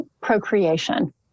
procreation